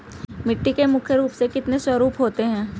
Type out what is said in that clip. मिट्टी के मुख्य रूप से कितने स्वरूप होते हैं?